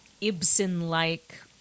Ibsen-like